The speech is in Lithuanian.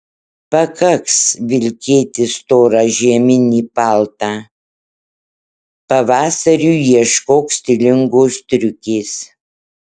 pakaks vilkėti storą žieminį paltą pavasariui ieškok stilingos striukės